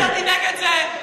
יצאתי נגד זה.